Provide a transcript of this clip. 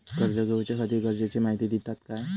कर्ज घेऊच्याखाती गरजेची माहिती दितात काय?